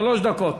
שלוש דקות.